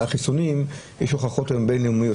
על חיסונים יש הוכחות בין-לאומיות,